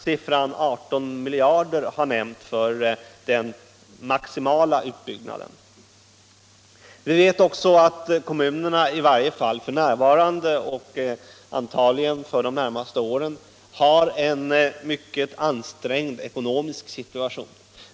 Siffran 18 miljarder kr. har nämnts för en maximal utbyggnad. Vi vet också att kommunerna i varje fall f.n. och antagligen under de närmaste åren har en mycket ansträngd ekonomisk situation.